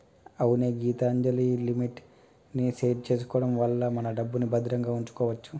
అవునే గీతాంజలిమిట్ ని సెట్ చేసుకోవడం వల్ల మన డబ్బుని భద్రంగా ఉంచుకోవచ్చు